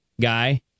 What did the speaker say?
guy